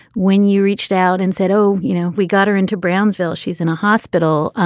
when you reached out and said, oh, you know, we got her into brownsville, she's in a hospital,